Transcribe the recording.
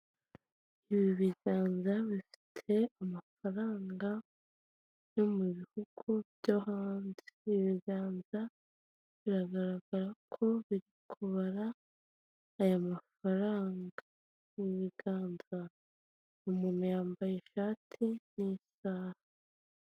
Ibi biganza bifite amafaranga yo mu bihugu byo hanze. Ibi biganza biragaragara ko biri kubara aya mafaranga. Mu biganza umuntu yambaye ishati n'isaha.